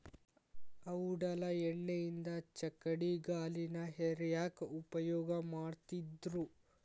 ಔಡಲ ಎಣ್ಣಿಯಿಂದ ಚಕ್ಕಡಿಗಾಲಿನ ಹೇರ್ಯಾಕ್ ಉಪಯೋಗ ಮಾಡತ್ತಿದ್ರು